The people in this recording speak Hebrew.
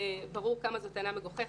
ברור כמה זו טענה מגוחכת.